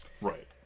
Right